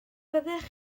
fyddech